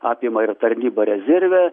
apima ir tarnybą rezerve